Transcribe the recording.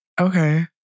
Okay